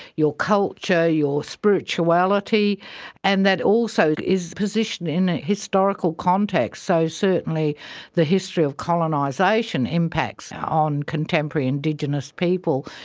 your culture, your spirituality and that also is positioned in a historical context. so certainly the history of colonisation impacts on contemporary indigenous people,